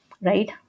right